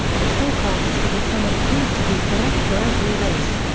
the forecasts for the senate proved to be correct for every race.